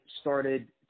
started